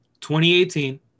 2018